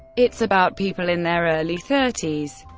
it's about people in their early thirties.